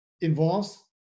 involves